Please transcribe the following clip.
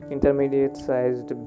Intermediate-sized